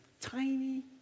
tiny